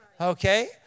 Okay